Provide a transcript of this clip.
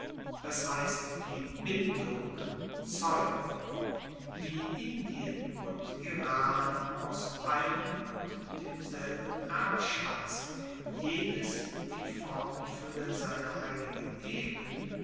das heisst die bindung zeugen wie indien und iran aus einem und demselben erbschatz jenes die formenfuelle seiner heiligen epen